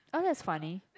oh that's funny